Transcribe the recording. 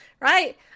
right